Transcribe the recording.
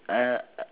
uh